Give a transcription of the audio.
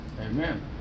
Amen